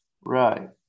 Right